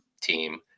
team